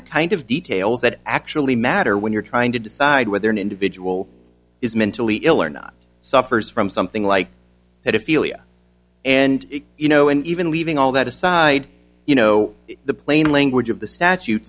the kind of details that actually matter when you're trying to decide whether an individual is mentally ill or not suffers from something like that ophelia and you know and even leaving all that aside you know the plain language of the statute